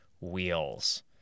wheels